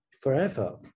forever